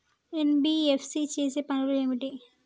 NBFC చేసే పనులు ఏమిటి?